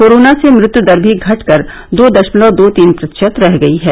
corona से मृत्यु दर भी घटकर दो दशमलव दो तीन प्रतिशत रह गई है